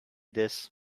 this